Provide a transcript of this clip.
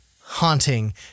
haunting